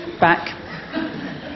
back